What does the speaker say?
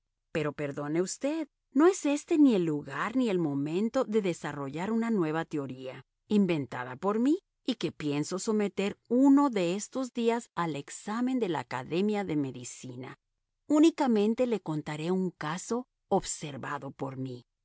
pero perdone usted no es éste ni el lugar ni el momento de desarrollar una nueva teoría inventada por mí y que pienso someter uno de estos días al examen de la academia de medicina unicamente le contaré un caso observado por mí